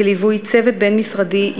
בליווי צוות בין-משרדי,